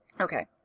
Okay